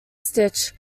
stitch